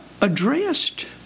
addressed